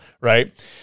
right